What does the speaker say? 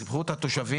סיפחו את התושבים,